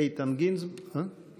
הוא